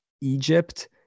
Egypt